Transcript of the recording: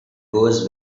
goes